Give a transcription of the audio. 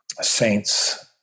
saints